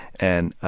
and,